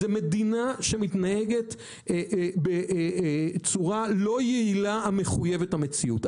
זאת מדינה שמתנהגת בצורה לא יעילה המחויבת המציאות.